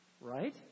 right